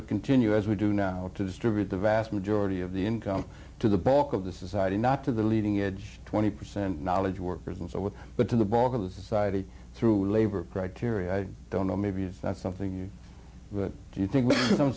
to continue as we do now to distribute the vast majority of the income to the bulk of the society not to the leading edge twenty percent knowledge workers and so with but to the bulk of the society through labor criteria i don't know maybe it's not something you do you think